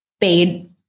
paid